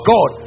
God